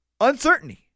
Uncertainty